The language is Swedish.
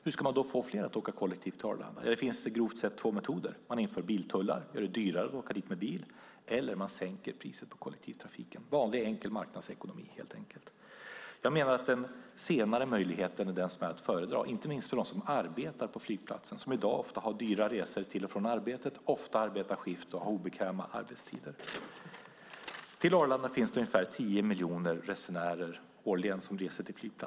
Hur ska man då få fler att åka kollektivt till Arlanda? Det finns grovt sett två metoder. Man inför biltullar, gör det dyrare att åka dit med bil, eller sänker priset på kollektivtrafiken - vanlig enkel marknadsekonomi helt enkelt. Jag menar att den senare möjligheten är den som är att föredra, inte minst för dem som arbetar på flygplatsen och i dag ofta har dyra resor till och från arbetet, ofta arbetar skift och har obekväma arbetstider. Till Arlanda flygplats reser ungefär 10 miljoner resenärer årligen.